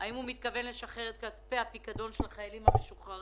- אם הוא מתכוון לשחרר את כספי הפיקדון של החיילים המשוחררים,